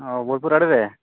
ᱚ ᱵᱳᱞᱯᱩᱨ ᱟᱲᱮ ᱨᱮ